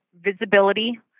visibility